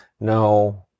No